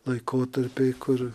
laikotarpiai kur